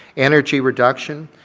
energy reduction,